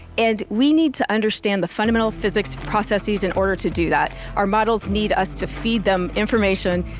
and we need to understand the fundamental physics processes in order to do that. our models need us to feed them information.